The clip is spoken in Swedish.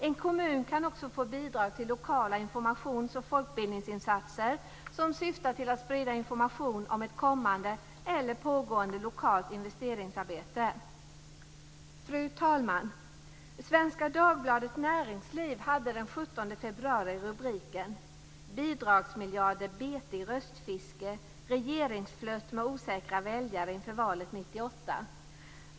En kommun kan också få bidrag till lokala informations och folkbildningsinsatser som syftar till att sprida information om ett kommande eller pågående lokalt investeringsarbete. Fru talman! Svenska Dagbladet Näringsliv hade den 17 februari rubriken Bidragsmiljarder bete i röstfiske - regeringsflirt med osäkra väljare inför valet 1998.